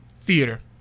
theater